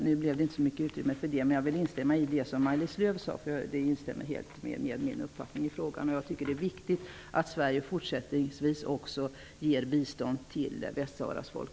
Men eftersom det inte finns utrymme för det vill jag instämma i det som Maj-Lis Löw sade. Det stämmer helt med min uppfattning i frågan. Det är viktigt att Sverige även fortsättningsvis ger bistånd till Västsaharas folk.